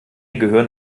gehören